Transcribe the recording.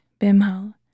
Bimhal